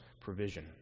provision